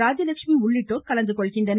ராஜலெட்சுமி உள்ளிட்டோர் கலந்து கொள்கின்றனர்